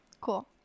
cool